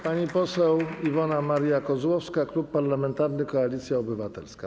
Pani poseł Iwona Maria Kozłowska, Klub Parlamentarny Koalicja Obywatelska.